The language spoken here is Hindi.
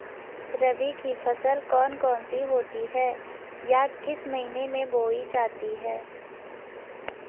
रबी की फसल कौन कौन सी होती हैं या किस महीने में बोई जाती हैं?